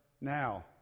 now